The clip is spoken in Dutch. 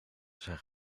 zijn